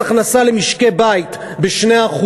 יהיה 18%. הולכים להעלאת מס הכנסה למשקי-בית ב-2%.